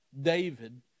David